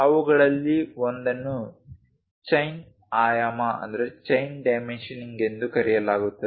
ಅವುಗಳಲ್ಲಿ ಒಂದನ್ನು ಚೈನ್ ಆಯಾಮ ಎಂದು ಕರೆಯಲಾಗುತ್ತದೆ